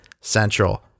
Central